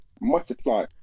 multiply